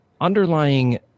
underlying